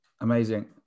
Amazing